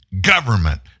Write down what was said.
government